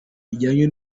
bijyanye